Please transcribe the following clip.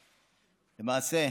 למעשה,